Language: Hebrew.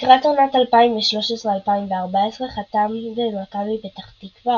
לקראת עונת 2013/2014 חתם במכבי פתח תקווה,